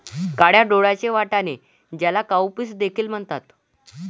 काळ्या डोळ्यांचे वाटाणे, ज्याला काउपीस देखील म्हणतात